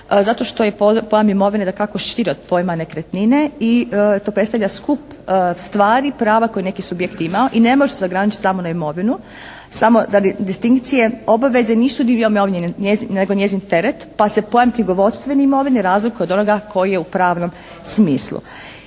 zato što je pojam imovine dakako šire od pojma nekretnine i to predstavlja skup stvari prava koje je neki subjekt imao i ne može se ograničiti samo na imovinu. Samo radi distinkcije, obaveze nisu dio imovine nego njezin teret pa se pojam knjigovodstvene imovine razlikuje od onoga koji je u pravnom smislu.